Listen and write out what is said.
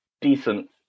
decent